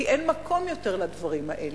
כי אין מקום יותר לדברים האלה,